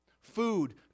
Food